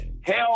Hell